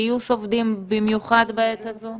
גיוס עובדים במיוחד בעת הזו?